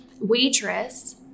waitress